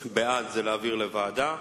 בעד, זה להעביר לוועדה,